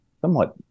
somewhat